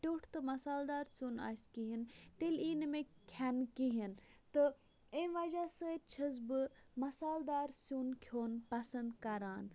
ٹیٚوٹھ تہٕ مَسالہٕ دار سِیُن آسہِ کِہیٖنۍ تیلہِ یی نہٕ مےٚ کھیٚنہٕ کِہیٖنۍ تہٕ امہِ وَجہ سۭتۍ چھس بہٕ مَسالہٕ دار سِیُن کھیٚون پسنٛد کَران